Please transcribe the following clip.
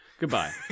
Goodbye